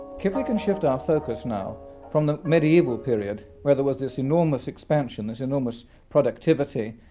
shift like and shift our focus now from the medieval period where there was this enormous expansion, this enormous productivity,